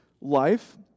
life